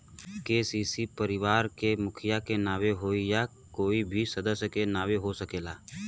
KCC का परिवार के मुखिया के नावे होई या कोई भी सदस्य के नाव से हो सकेला?